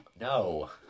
No